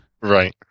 Right